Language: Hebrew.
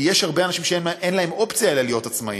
כי יש הרבה אנשים שאין להם אופציה אלא להיות עצמאים.